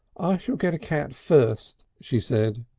ah shall get a cat first, she said.